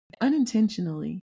unintentionally